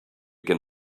can